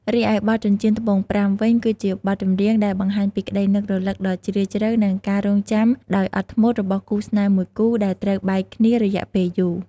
រីឯបទ ចិញ្ចៀនត្បូងប្រាំ វិញ គឺជាបទចម្រៀងដែលបង្ហាញពីក្តីនឹករលឹកដ៏ជ្រាលជ្រៅ និងការរង់ចាំដោយអត់ធ្មត់របស់គូស្នេហ៍មួយគូដែលត្រូវបែកគ្នារយៈពេលយូរ។